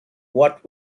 what